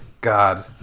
God